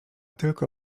tylko